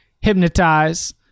Hypnotize